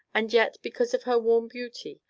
and yet, because of her warm beauty,